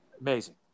amazing